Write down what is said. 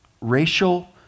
racial